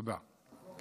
תודה.